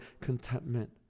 contentment